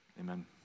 Amen